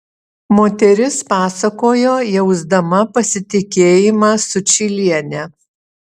moteris pasakojo jausdama pasitikėjimą sučyliene